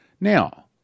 Now